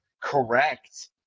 correct